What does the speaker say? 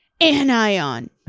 anion